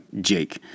Jake